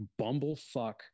bumblefuck